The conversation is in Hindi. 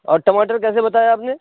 और टमाटर कैसे बताए आपने